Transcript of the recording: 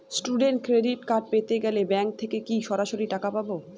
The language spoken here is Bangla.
স্টুডেন্ট ক্রেডিট কার্ড পেতে গেলে ব্যাঙ্ক থেকে কি সরাসরি টাকা পাবো?